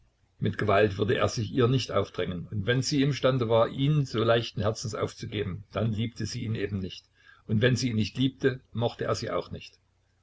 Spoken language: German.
mit gewalt würde er sich ihr nicht aufdrängen und wenn sie imstande war ihn so leichten herzens aufzugeben dann liebte sie ihn eben nicht und wenn sie ihn nicht liebte mochte er sie auch nicht